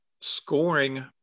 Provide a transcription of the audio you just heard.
scoring